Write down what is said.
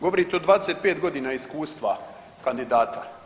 Govorite od 25 godina iskustva kandidata.